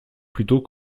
plutôt